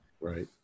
Right